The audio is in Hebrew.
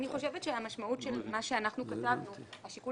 אני חושבת שהמשמעות של מה שאנחנו כתבנו השיקול